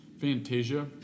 Fantasia